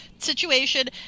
situation